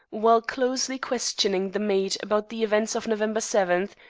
while closely questioning the maid about the events of november seven,